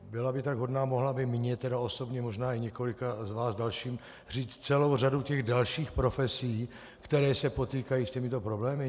Byla by tak hodná, mohla by mě osobně, možná i několika dalším z vás, říct celou řadu těch dalších profesí, které se potýkají s těmito problémy?